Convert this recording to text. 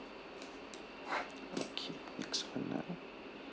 okay next [one] ah